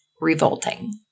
revolting